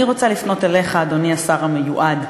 אני רוצה לפנות אליך, אדוני השר המיועד,